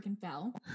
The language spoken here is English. fell